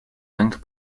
linked